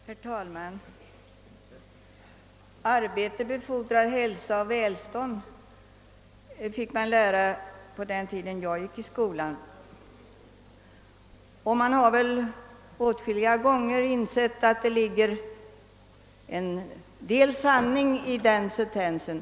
Herr talman! »Arbete befordrar hälsa och välstånd», fick vi lära oss på den tiden jag gick i skolan och man har väl sedermera insett att det ligger en hel del sanning i den sentensen.